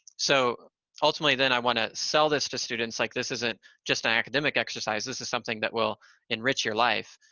so ultimately, then i want to sell this to students, like, this isn't just an academic exercise. this is something that will enrich your life,